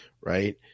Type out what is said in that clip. right